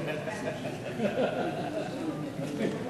נתקבל.